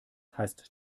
heißt